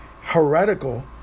heretical